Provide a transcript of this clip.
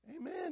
Amen